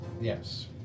Yes